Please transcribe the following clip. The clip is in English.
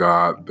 God